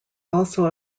also